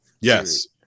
Yes